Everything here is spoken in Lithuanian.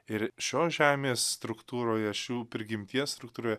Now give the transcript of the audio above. ir šios žemės struktūroje šių prigimties struktūroje